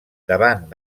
davant